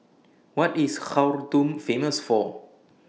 What IS Khartoum Famous For